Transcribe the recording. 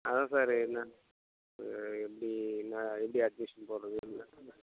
அதுதான் சார் என்ன எப்படி என்ன எப்டி அட்மிஷன் போடுறது என்னென்னு